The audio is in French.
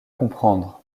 comprendre